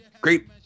great